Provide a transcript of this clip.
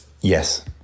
Yes